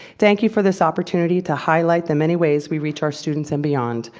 thank you for this opportunity to highlight the many ways we reach our students and beyond.